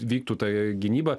vyktų ta gynyba